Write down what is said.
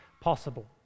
possible